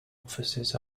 offices